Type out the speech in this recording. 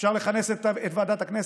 אפשר לכנס את ועדת הכנסת,